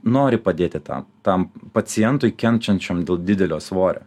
nori padėti tą tam pacientui kenčiančiam dėl didelio svorio